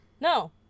No